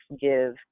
give